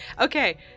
okay